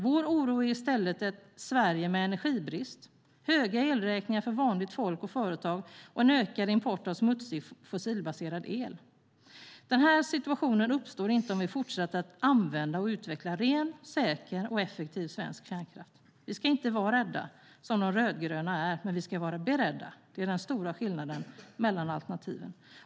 Vår oro är i stället ett Sverige med energibrist, höga elräkningar för vanligt folk och företag och ökad import av smutsig fossilbaserad el. Denna situation uppstår inte om vi fortsätter att använda och utveckla ren, säker och effektiv svensk kärnkraft. Vi ska inte vara rädda, som de rödgröna är, men vi ska vara beredda. Det är den stora skillnaden mellan alternativen.